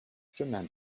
chemin